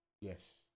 yes